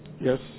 Yes